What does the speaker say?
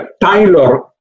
Tyler